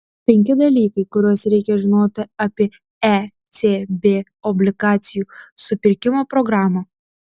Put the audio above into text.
penki dalykai kuriuos reikia žinoti apie ecb obligacijų supirkimo programą